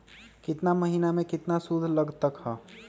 केतना महीना में कितना शुध लग लक ह?